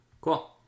Cool